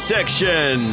Section